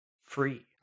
free